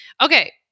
Okay